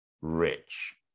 rich